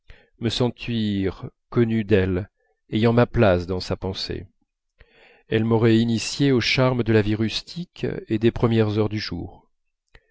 me sentir connu d'elle ayant ma place dans sa pensée elle m'aurait initié aux charmes de la vie rustique et des premières heures du jour